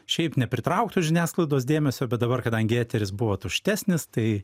šiaip nepritrauktų žiniasklaidos dėmesio bet dabar kadangi eteris buvo tuštesnis tai